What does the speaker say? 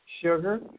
sugar